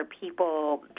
people